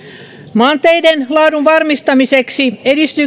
maanteiden laadun varmistamiseksi